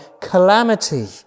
calamity